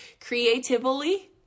creatively